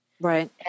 right